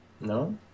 No